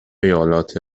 ایالات